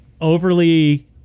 overly